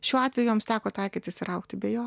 šiuo atveju joms teko taikytis ir augti be jo